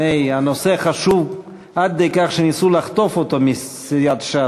הנושא חשוב עד כדי כך שניסו לחטוף אותו מסיעת ש"ס,